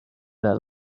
their